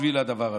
בשביל הדבר הזה.